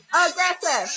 aggressive